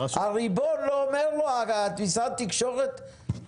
הריבון, משרד התקשורת, לא אומר לו?